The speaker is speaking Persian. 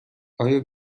آیا